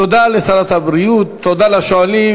תודה לשרת הבריאות, תודה לשואלים.